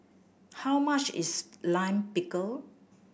how much is Lime Pickle